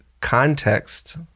context